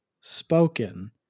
spoken